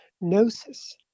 gnosis